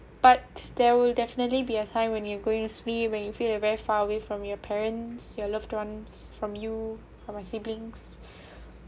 but there will definitely be a time when you're going to sleep when you feel you very far away from your parents your loved ones from you from my siblings